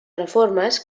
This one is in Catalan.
reformes